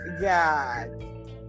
god